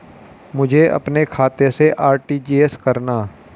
मुझे अपने खाते से आर.टी.जी.एस करना?